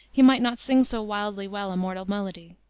he might not sing so wildly well a mortal melody,